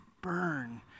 burn